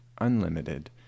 unlimited